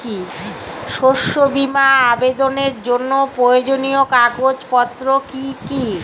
শস্য বীমা আবেদনের জন্য প্রয়োজনীয় কাগজপত্র কি কি?